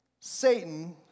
Satan